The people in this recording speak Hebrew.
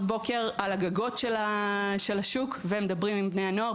בוקר על הגגות של השוק ומדברים עם בני הנוער,